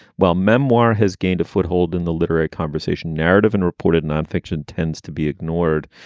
while memoir has gained a foothold in the literary conversation narrative and reported nonfiction tends to be ignored.